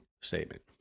statement